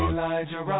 Elijah